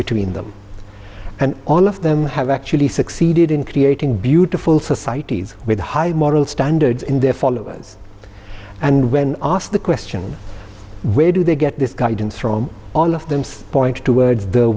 between them and all of them have actually succeeded in creating beautiful societies with high moral standards in their followers and when asked the question where do they get this guy he didn't throw all of them